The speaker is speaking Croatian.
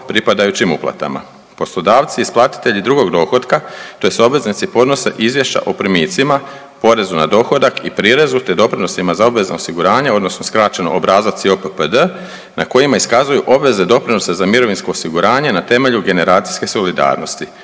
pripadajućim uplatama. Poslodavci isplatitelji drugog dohotka tj. obveznici podnose izvješća o primicima, porezu na dohodak i prirezu, te doprinosima za obvezno osiguranje odnosno skraćeno obrazac JOPPD na kojima iskazuju obveze doprinosa za mirovinsko osiguranje na temelju generacijske solidarnosti